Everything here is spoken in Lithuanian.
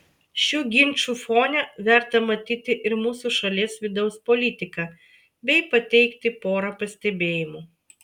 šių ginčų fone verta matyti ir mūsų šalies vidaus politiką bei pateikti porą pastebėjimų